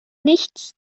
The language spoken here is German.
nichts